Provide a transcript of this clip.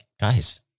guys